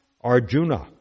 Arjuna